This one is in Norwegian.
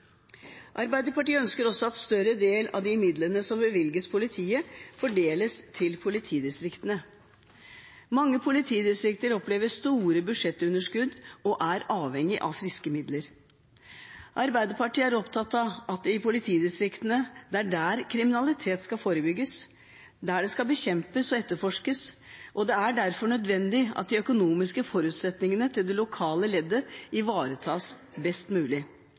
Arbeiderpartiet ønsker også at en større del av de midlene som bevilges politiet, fordeles til politidistriktene. Mange politidistrikter opplever store budsjettunderskudd og er avhengig av friske midler. Arbeiderpartiet er opptatt av at det er i politidistriktene kriminalitet skal forebygges, der skal det bekjempes og etterforskes, og det er derfor nødvendig at de økonomiske forutsetningene til det lokale leddet ivaretas best mulig.